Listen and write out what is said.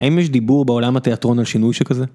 האם יש דיבור בעולם התיאטרון על שינוי שכזה?